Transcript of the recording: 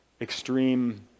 extreme